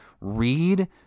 read